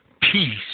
peace